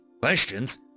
Questions